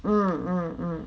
mm mm mm